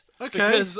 Okay